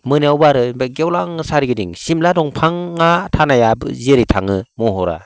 मोनायाव बारो ओमफ्राय गेवलां सोरिगिदिं सिमला दंफाङा थानाया जेरै थाङो महरा